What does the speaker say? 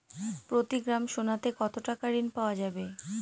প্রতি গ্রাম সোনাতে কত টাকা ঋণ পাওয়া যাবে?